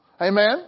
Amen